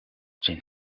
zijn